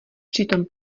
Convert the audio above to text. přitom